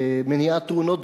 במניעת תאונות דרכים,